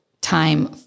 time